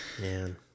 Man